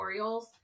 tutorials